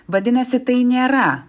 vadinasi tai nėra